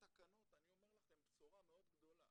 התקנות, אני אומר לכם בשורה מאוד גדולה.